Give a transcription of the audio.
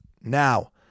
now